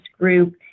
group